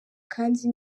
kandi